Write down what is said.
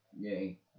Yay